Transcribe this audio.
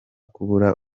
kubura